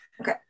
okay